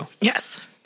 Yes